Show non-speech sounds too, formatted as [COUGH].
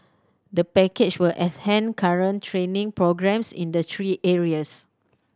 the package will [UNINTELLIGIBLE] current training programmes in three areas